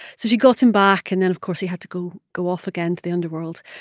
so she got him back. and then, of course, he had to go go off again to the underworld,